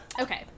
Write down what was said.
Okay